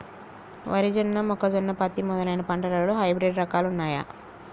వరి జొన్న మొక్కజొన్న పత్తి మొదలైన పంటలలో హైబ్రిడ్ రకాలు ఉన్నయా?